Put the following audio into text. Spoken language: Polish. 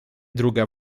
druga